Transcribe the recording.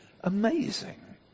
amazing